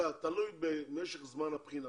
אלא תלוי במשך זמן הבחינה,